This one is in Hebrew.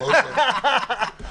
מאוד מאוד טובה -- אגב,